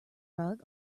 rug